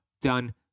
done